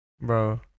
bro